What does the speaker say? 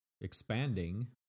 expanding